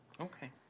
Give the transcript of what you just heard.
Okay